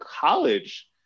college